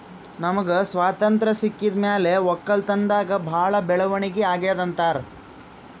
ನಮ್ಗ್ ಸ್ವತಂತ್ರ್ ಸಿಕ್ಕಿದ್ ಮ್ಯಾಲ್ ವಕ್ಕಲತನ್ದಾಗ್ ಭಾಳ್ ಬೆಳವಣಿಗ್ ಅಗ್ಯಾದ್ ಅಂತಾರ್